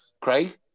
Craig